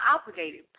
obligated